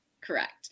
Correct